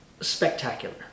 Spectacular